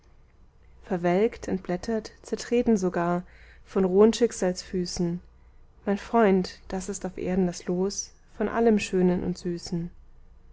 verwelkt entblättert zertreten sogar von rohen schicksalsfüßen mein freund das ist auf erden das los von allem schönen und süßen